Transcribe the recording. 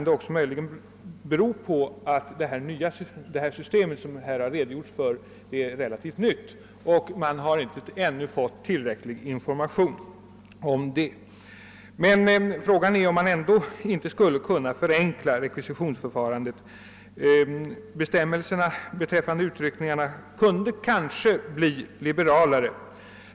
Det kan möjligen bero på att det system som här har redogjorts för är relativt nytt, och man har ännu inte fått tillräckliga informationer om det. Frågan är emellertid om inte rekvisitionsförfarandet skulle kunna förenklas. Bestämmelserna beträffande utryckningar kan kanske göras liberalare.